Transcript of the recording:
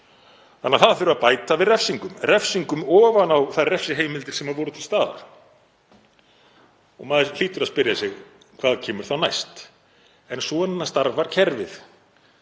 þannig að það þurfi að bæta við refsingum ofan á þær refsiheimildir sem voru til staðar. Maður hlýtur að spyrja sig: Hvað kemur þá næst? En svona starfar kerfið,